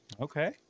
okay